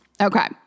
Okay